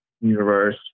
universe